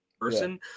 person